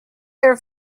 their